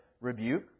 rebuke